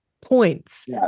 points